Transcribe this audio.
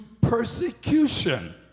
persecution